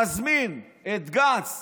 מזמין את גנץ